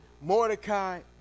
Mordecai